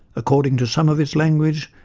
according to some of its language,